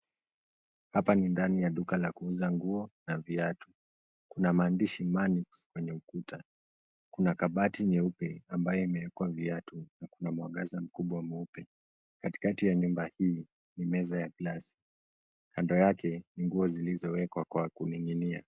Hapa ni ndani ya duka la kuuza nguo na viatu. Kuna maandishi Manix kwenye ukuta. Kuna kabati nyeupe ambayo imewekwa viatu na kuna mwangaza mkubwa mweupe. Katikati ya nyumba hii ni meza ya glasi, kando yake, ni nguo zilizowekwa kwa kuning'inia.